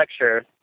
lecture